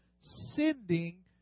sending